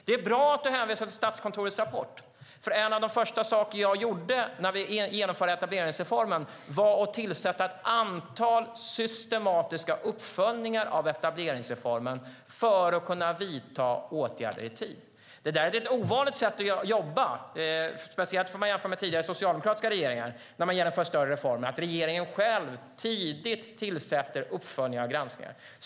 Det är bra att du hänvisar till Statskontorets rapport. En av de första saker som jag gjorde när vi genomförde etableringsreformen var att ge uppdrag om ett antal systematiska uppföljningar av etableringsreformen för att kunna vidta åtgärder i tid. Det är ett lite ovanligt sätt att jobba när man genomför större reformer - speciellt om man jämför med tidigare socialdemokratiska regeringar - att regeringen själv tidigt ger uppdrag om uppföljningar och granskningar.